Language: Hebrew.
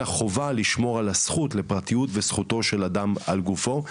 החובה לשמור על הזכות לפרטיות וזכותו של אדם על גופו.